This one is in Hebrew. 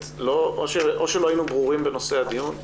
או שלא היינו ברורים בנושא הדיון,